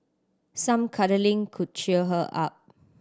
some cuddling could cheer her up